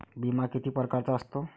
बिमा किती परकारचा असतो?